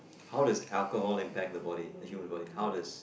how does alcohol impact the body the human body